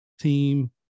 team